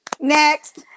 Next